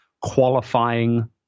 qualifying